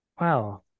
Wow